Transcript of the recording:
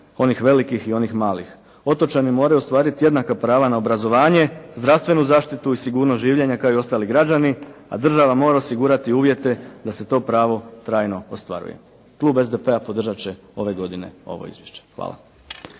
onih velikih i onih malih. Otočani moraju ostvariti jednaka prava na obrazovanje, zdravstvenu zaštitu i sigurnost življenja kao i ostali građani, a država mora osigurati uvjete da se to pravo trajno ostvaruje. Klub SDP-a podržati će ove godine ovo izvješće. Hvala.